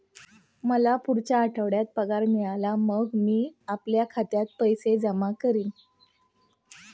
मला पुढच्या आठवड्यात पगार मिळेल मग मी आपल्या खात्यात पैसे जमा करेन